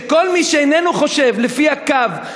שכל מי שאיננו חושב לפי הקו,